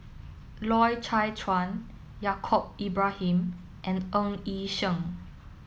Loy Chye Chuan Yaacob Ibrahim and Ng Yi Sheng